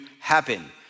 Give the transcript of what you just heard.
happen